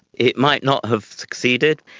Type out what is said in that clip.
it might not have succeeded.